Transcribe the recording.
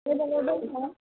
available छ